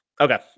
Okay